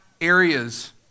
areas